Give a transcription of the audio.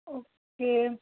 okay